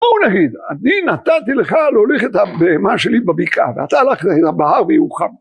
או נגיד, אני נתתי לך להוליך את הבהמה שלי בבקעה ואתה הלך לבהר ויהוכם.